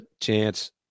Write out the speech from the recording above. chance